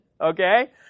Okay